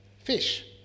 fish